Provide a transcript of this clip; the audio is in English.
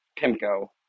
PIMCO